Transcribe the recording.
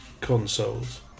consoles